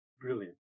brilliant